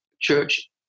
church